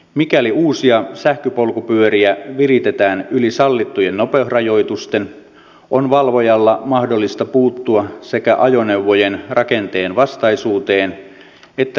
mikäli uusia sähköpolkupyöriä viritetään yli sallittujen nopeusrajoitusten on valvojan mahdollista puuttua sekä ajoneuvojen rakenteenvastaisuuteen että liikennesääntöjen rikkomuksiin